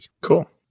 Cool